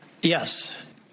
Yes